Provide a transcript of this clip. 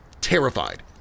terrified